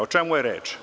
O čemu je reč?